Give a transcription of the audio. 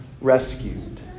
rescued